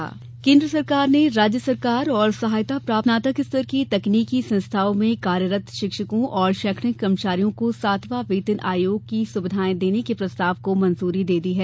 वेतन आयोग केन्द्र सरकार ने राज्य सरकार और सहायता प्राप्त स्नातक स्तर के तकनीकी संस्थाओं में कार्यरत शिक्षकों और शैक्षणिक कर्मचारियों को सातवां वेतन आयोग की सुविधाएं देने के प्रस्ताव को मंजूरी दे दी है